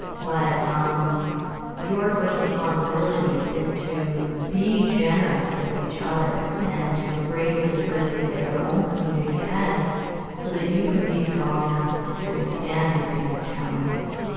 but, um your first responsibility is to be generous with each other and to embrace the diversity that your own community has so that you can be strong enough to withstand these kind of challenges